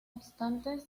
obstante